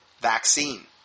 vaccine